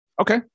Okay